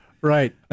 Right